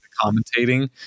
commentating